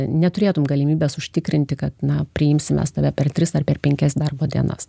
neturėtum galimybės užtikrinti kad na priimsim mes tave per tris ar penkias darbo dienas